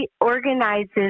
organizes